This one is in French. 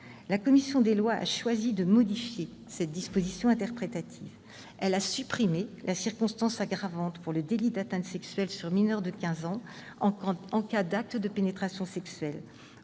La commission des lois a choisi de modifier la disposition interprétative. Elle a supprimé la circonstance aggravante pour le délit d'atteinte sexuelle sur mineur de quinze ans en cas d'acte de pénétration sexuelle.